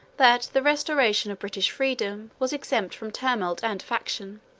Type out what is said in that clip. that the restoration of british freedom was exempt from tumult and faction.